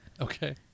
Okay